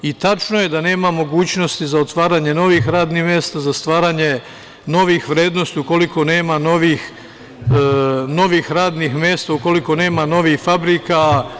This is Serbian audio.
I tačno je da nema mogućnosti za otvaranje novih radnih mesta za stvaranje novih vrednosti ukoliko nema novih radnih mesta, ukoliko nema novih fabrika.